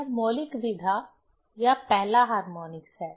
यह मौलिक विधा या पहला हार्मोनिक्स है